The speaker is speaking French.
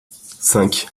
cinq